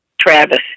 Travis